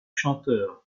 chanteurs